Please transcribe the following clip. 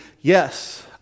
yes